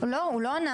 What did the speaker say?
לא, הוא לא ענה.